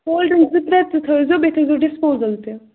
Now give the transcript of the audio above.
cold drink زٕ ترٛےٚ تہِ تھٲیِزیٚو بیٚیہِ تھٲیزیٚو ڈِسپوزَل تہِ